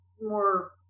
more